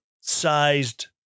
sized